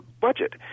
budget